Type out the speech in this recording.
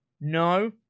No